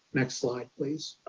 next slide please.